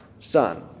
son